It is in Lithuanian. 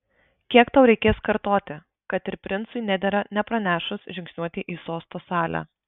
kiek tau reikės kartoti kad ir princui nedera nepranešus žingsniuoti į sosto salę